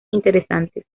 interesantes